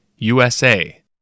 USA